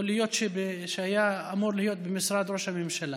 יכול להיות שהיה אמור להיות במשרד ראש הממשלה,